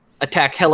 attack